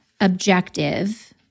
objective